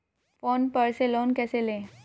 Phone पर से loan कैसे लें?